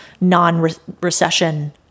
non-recession